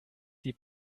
die